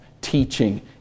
teaching